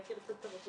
יכיר את התרבות,